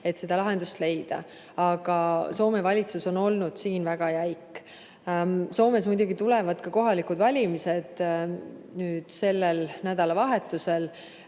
et seda lahendust leida. Aga Soome valitsus on olnud siin väga jäik. Soomes muidugi tulevad ka kohalikud valimised sellel nädalavahetusel.